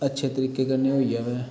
अच्छे तरीके कन्नै होई आवे